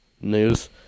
news